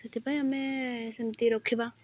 ସେଥିପାଇଁ ଆମେ ସେମିତି ରଖିବା